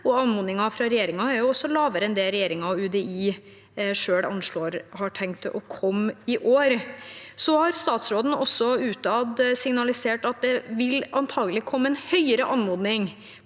og anmodningen fra regjeringen er også lavere enn det antallet regjeringen og UDI selv anslår har tenkt å komme i år. Statsråden har også utad signalisert at det antakelig vil komme anmodning